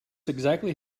exactly